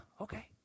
okay